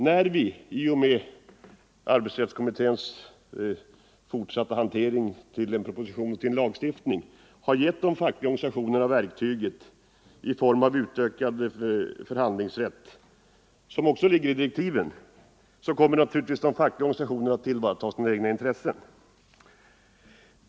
När vi i och med arbetsrättskommitténs fortsatta arbete och förslag till en lagstiftning har gett de fackliga organisationerna verktyget i form av utökad förhandlingsrätt — vilket också ligger i direktiven — så kommer naturligtvis de fackliga organisationerna att tillvarata sina egna intressen.